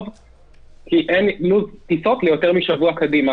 כי אין ניוד טיסות ליותר משבוע קדימה.